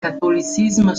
catholicisme